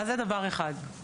אז זה דבר אחד.